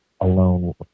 alone